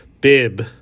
Bib